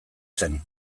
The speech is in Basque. zen